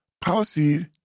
policy